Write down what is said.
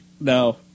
No